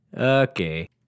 Okay